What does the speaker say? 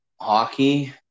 hockey